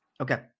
Okay